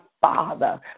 Father